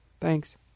thanks